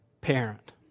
parent